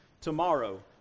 Tomorrow